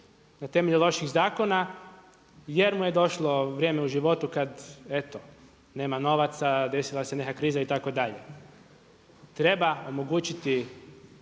na temelju loših zakona jer mu je došlo vrijeme u životu kada eto nema novaca, desila se neka kriza itd. Treba omogućiti